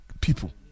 people